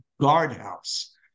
guardhouse